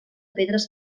pedres